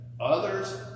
others